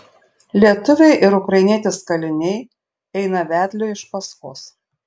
lietuviai ir ukrainietis kaliniai eina vedliui iš paskos